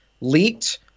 leaked